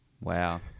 Wow